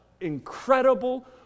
incredible